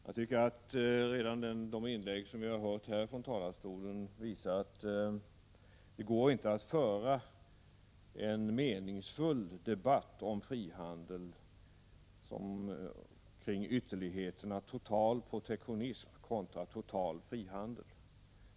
Jag tycker att redan de inlägg som vi har hört från denna talarstol visar att det inte går att föra en meningsfull debatt om frihandel kring ytterligheterna total protektionism kontra total frihandel.